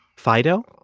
fido.